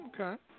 Okay